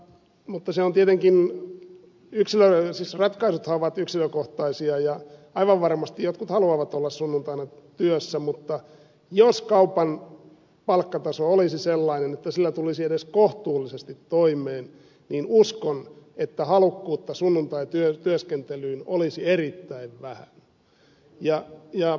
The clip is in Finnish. mutta ratkaisuthan ovat yksilökohtaisia ja aivan varmasti jotkut haluavat olla sunnuntaina työssä mutta jos kaupan palkkataso olisi sellainen että sillä tulisi edes kohtuullisesti toimeen niin uskon että halukkuutta sunnuntaityöskentelyyn olisi erittäin vähän